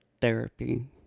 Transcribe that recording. therapy